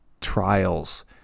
trials